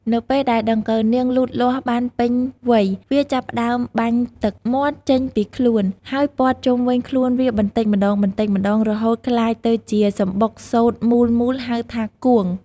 នៅពេលដែលដង្កូវនាងលូតលាស់បានពេញវ័យ វាចាប់ផ្ដើមបាញ់ទឹកមាត់ចេញពីខ្លួន ហើយព័ន្ធជុំវិញខ្លួនវាបន្តិចម្ដងៗ រហូតក្លាយទៅជាសំបុកសូត្រមូលៗហៅថា "គួង"។